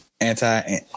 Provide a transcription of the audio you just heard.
Anti